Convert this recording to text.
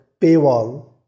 paywall